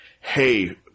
hey